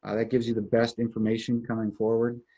ah that gives you the best information coming forward.